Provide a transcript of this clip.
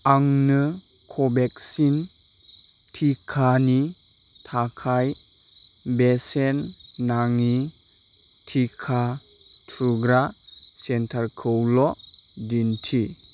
आंनो कवेक्सिन टिकानि थाखाय बेसेन नाङि टिका थुग्रा सेन्टारखौल' दिन्थि